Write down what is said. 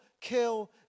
kill